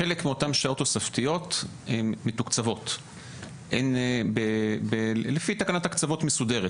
חלק מאותן שעות תוספתיות הן מתוקצבות לפי תקנת הקצבות מסודרת.